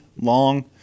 long